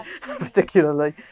particularly